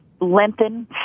lengthen